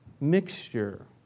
mixture